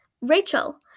Rachel